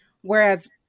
Whereas